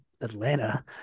Atlanta